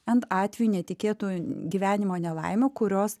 ant atveju netikėtų gyvenimo nelaimių kurios